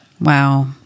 Wow